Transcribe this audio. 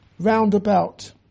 Roundabout